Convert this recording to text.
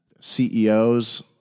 CEOs